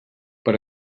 per